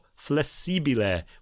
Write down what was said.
flexibile